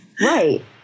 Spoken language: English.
Right